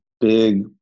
big